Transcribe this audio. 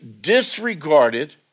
disregarded